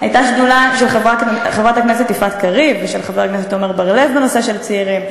של חברת הכנסת יפעת קריב ושל חבר הכנסת עמר בר-לב בנושא צעירים.